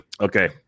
okay